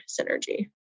synergy